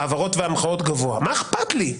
מה אכפת לי?